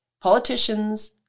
politicians